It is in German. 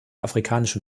afrikanischen